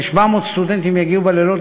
כ-700 סטודנטים יגיעו בלילות,